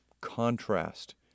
contrast